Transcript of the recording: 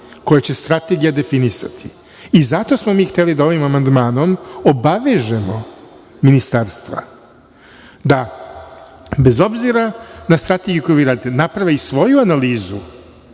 koje će strategija definisati. Zato smo mi hteli ovim amandmanom da obavežemo ministarstva da, bez obzira na strategiju koju vi radite, naprave i svoju analizu